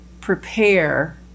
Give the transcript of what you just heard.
prepare